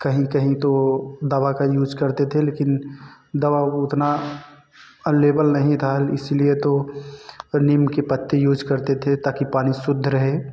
कहीं कहीं तो दवा का यूज करते थे लेकिन दवा उतना अवलेबल नहीं था इसीलिए तो नीम की पत्ती यूज करते थे ताकि पानी शुद्ध रहे